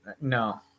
No